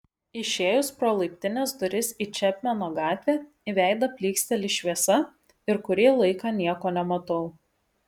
išėjus pro laiptinės duris į čepmeno gatvę į veidą plyksteli šviesa ir kurį laiką nieko nematau